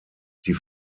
die